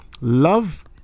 Love